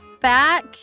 back